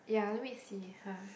yeah let me see uh